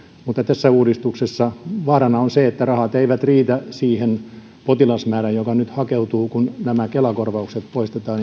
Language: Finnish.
mutta tässä uudistuksessa vaarana on se että rahat eivät riitä siihen potilasmäärään joka nyt hakeutuu tähän uuteen palvelujärjestelmään kun kela korvaukset poistetaan